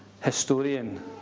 historian